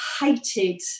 hated